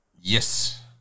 Yes